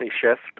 shift